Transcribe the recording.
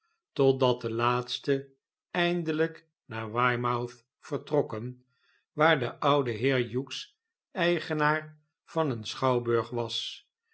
totdat de laatsten eindelijk naar weymouth vertrokken waar de oude heer hughes eigenaar van een schouwburg was